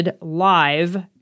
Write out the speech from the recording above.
live